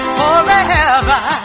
forever